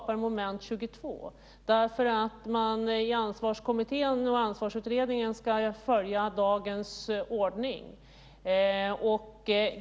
Herr talman! Utredningar är tillsatta. Problemet är att man skapar ett moment 22, å ena sidan därför att man i Ansvarsutredningen ska följa dagens ordning.